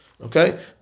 Okay